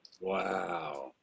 Wow